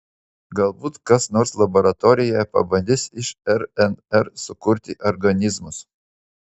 galbūt kas nors laboratorijoje pabandys iš rnr sukurti organizmus